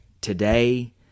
today